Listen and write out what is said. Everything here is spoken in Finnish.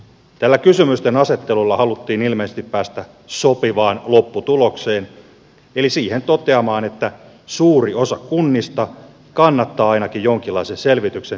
tällä kysymystenasettelulla haluttiin ilmeisesti päästä sopivaan lopputulokseen eli siihen toteamaan että suuri osa kunnista kannattaa ainakin jonkinlaisen selvityksen tekemistä